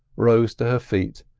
rose to her feet,